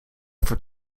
voor